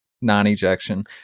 non-ejection